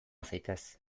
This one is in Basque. zaitez